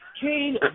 Cain